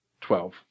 twelve